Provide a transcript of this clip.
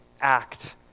act